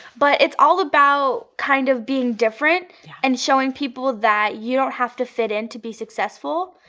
but it's all about kind of being different and showing people that you don't have to fit in to be successful.